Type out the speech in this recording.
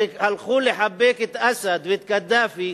שהלכו לחבק את אסד ואת קדאפי,